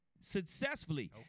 successfully